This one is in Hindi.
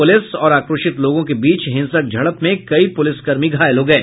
पुलिस और आक्रोशित लोगों के बीच हिंसक झड़प में कई पुलिसकर्मी घायल हो गये